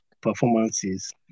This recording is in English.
performances